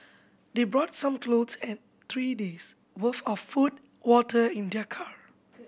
they brought some clothes and three days' worth of food water in their car